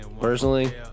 Personally